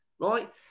right